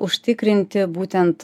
užtikrinti būtent